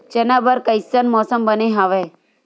चना बर कइसन मौसम बने हवय?